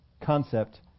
concept